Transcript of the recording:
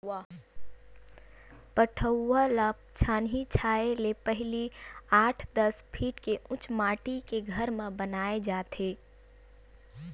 पठउवा ल छानही छाहे ले पहिली आठ, दस फीट के उच्च माठी के घर म बनाए जाथे